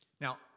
Now